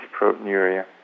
proteinuria